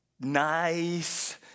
nice